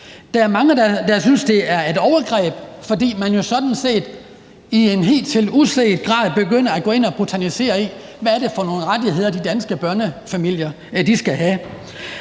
Der er mange, der synes, det er et overgreb, fordi man jo sådan set i en hidtil uset grad begynder at gå ind og botanisere i, hvad det er for nogle rettigheder de danske børnefamilier skal have.